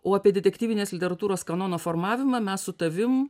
o apie detektyvinės literatūros kanono formavimą mes su tavim